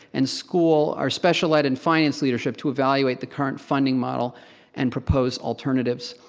and school, our special ed and finance leadership to evaluate the current funding model and propose alternatives.